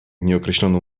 nieokreśloną